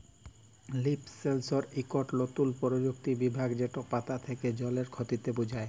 leaf sensor ইকট লতুল পরযুক্তি বিজ্ঞাল যেট পাতা থ্যাকে জলের খতিকে বুঝায়